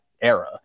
era